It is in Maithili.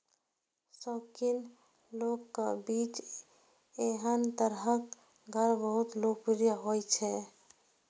शौकीन लोगक बीच एहन तरहक घर बहुत लोकप्रिय होइ छै